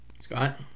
Scott